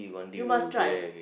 you must try